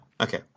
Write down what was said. Okay